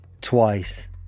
twice